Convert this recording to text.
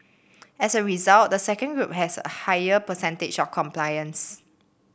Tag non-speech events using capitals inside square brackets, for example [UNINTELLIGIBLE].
as a result the second [UNINTELLIGIBLE] has a higher percentage of compliance